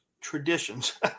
traditions